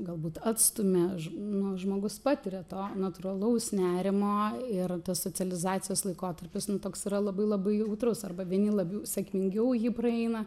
galbūt atstumia nu žmogus patiria to natūralaus nerimo ir tas socializacijos laikotarpis toks yra labai labai jautrus arba vieni labiau sėkmingiau jį praeina